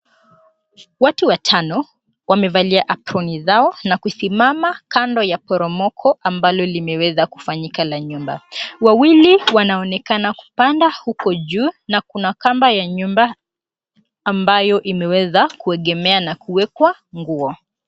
Watu watano wamevalia aproni zao na kusimama kando ya poromoko ambayo imeweza kufanyika la nyumba. Wawili wanaonekana kupanda huko juu na kuna kamba ya nyumba amabayo imeweza kuegemea na kuwekwa nguo.